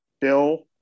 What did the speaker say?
Bill